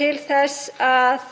til að